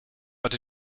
but